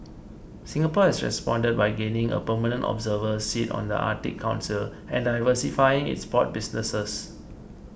Singapore has responded by gaining a permanent observer seat on the Arctic Council and diversifying its port businesses